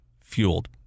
fueled